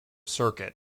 circuit